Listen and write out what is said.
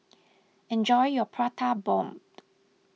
enjoy your Prata Bomb